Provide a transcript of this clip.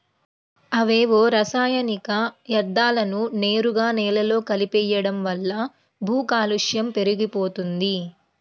అవేవో రసాయనిక యర్థాలను నేరుగా నేలలో కలిపెయ్యడం వల్ల భూకాలుష్యం పెరిగిపోతంది